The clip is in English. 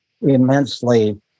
immensely